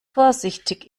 vorsichtig